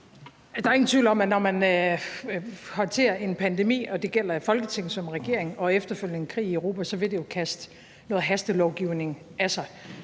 Der er ingen tvivl om, at når man håndterer en pandemi, og det gælder i Folketinget såvel som i regeringen, og efterfølgende en krig i Europa, så vil det kaste noget hastelovgivning af sig.